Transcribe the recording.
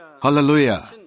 Hallelujah